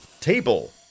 Table